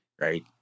right